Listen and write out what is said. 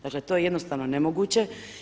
Dakle to je jednostavno nemoguće.